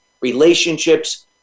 relationships